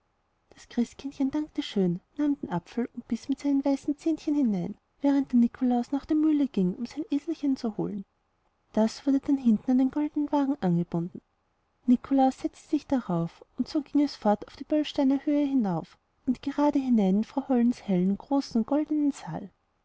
sein christkindchen dankte schön nahm den apfel und biß mit seinen weißen zähnchen hinein während der nikolaus nach der mühle ging um sein eselchen zu holen das wurde dann hinten an den goldnen wagen angebunden nikolaus setzte sich darauf und so ging es fort die böllsteiner höhe hinauf und grade hinein in frau hollens hellen goldnen saal